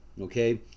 okay